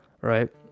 right